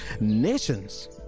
nations